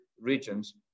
regions